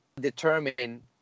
determine